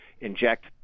inject